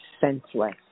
senseless